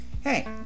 hey